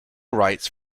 writes